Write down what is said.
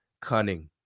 cunning